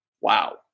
wow